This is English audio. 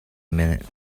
minute